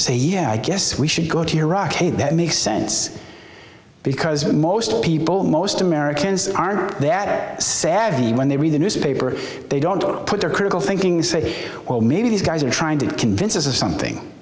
say yeah i guess we should go to iraq hey that makes sense because most people most americans aren't they at savvy when they read the newspaper they don't put their critical thinking say well maybe these guys are trying to convince us of something